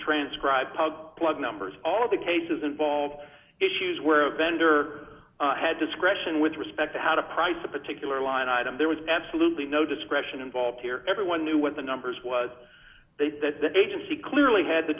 transcribe pug blood numbers all of the cases involve issues where a vendor had discretion with respect to how to price a particular line item there was absolutely no discretion involved here everyone knew what the numbers was that the agency clearly had the